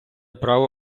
право